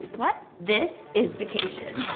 what? this is vacation.